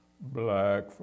Black